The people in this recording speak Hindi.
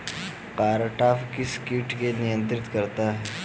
कारटाप किस किट को नियंत्रित करती है?